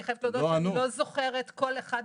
אני חייבת להודות שאני לא זוכרת כל הערה.